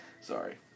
Sorry